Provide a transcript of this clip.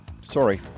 sorry